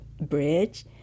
bridge